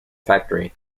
factory